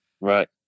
Right